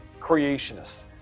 creationists